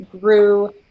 grew